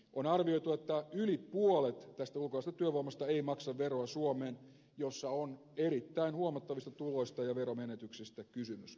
on arvioitu että yli puolet tästä ulkomaisesta työvoimasta ei maksa veroa suomeen missä on erittäin huomattavista tuloista ja veromenetyksistä kysymys